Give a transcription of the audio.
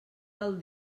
del